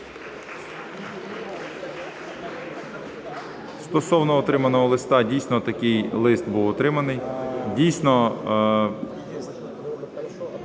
Стосовно отриманого листа. Дійсно, такий лист був отриманий.